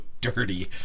dirty